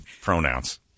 pronouns